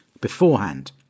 beforehand